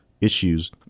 issues